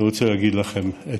אני רוצה להגיד לכם,